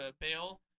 bail